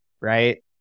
right